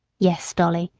yes, dolly,